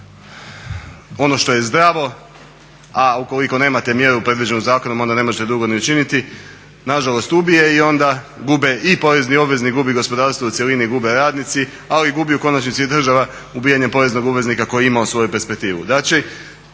ono što je zdravo, a ukoliko nemate mjeru predviđenu zakonom onda ne možete drugo ni učiniti na žalost ubije i onda gube i porezni obveznik. Gubi gospodarstvo u cjelini, gube radnici, ali gubi u konačnici i država ubiranjem …/Govornik se ne razumije./… koji je imao svoju perspektivu.